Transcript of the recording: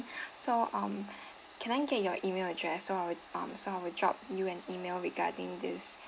so um can I get your email address so I'll um so I will drop you an email regarding this